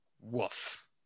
woof